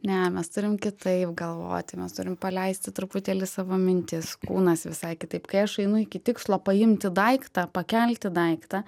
ne mes turim kitaip galvoti mes turim paleisti truputėlį savo mintis kūnas visai kitaip kai aš einu iki tikslo paimti daiktą pakelti daiktą